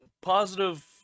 Positive